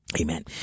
Amen